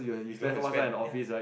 you don't have to spend ya